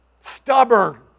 Stubborn